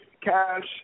Cash